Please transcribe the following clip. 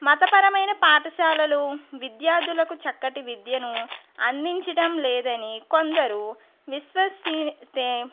మతపరమైన పాఠశాలలు విద్యార్థులకు చక్కటి విద్యను అందించడం లేదని కొందరు విశ్వసిస్తే